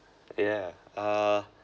yeah uh